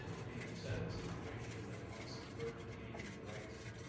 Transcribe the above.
being upset at the situation doesn't want to subvert canadian rights.